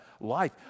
life